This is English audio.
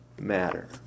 matter